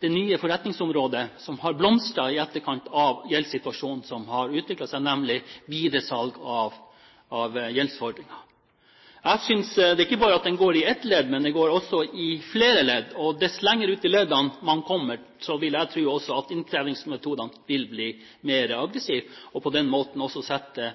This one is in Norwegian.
det nye forretningsområdet som har blomstret i etterkant av den gjeldssituasjonen som har utviklet seg, nemlig videresalg av gjeldsfordringer. Det går ikke bare i ett ledd, men det går også i flere ledd, og dess lenger ut i leddene man kommer, vil jeg også tro at innkrevingsmetodene vil bli mer aggressive og på den måten også sette